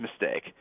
mistake